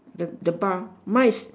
the the bar mine's